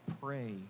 pray